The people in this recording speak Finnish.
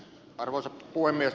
arvoisa puhemies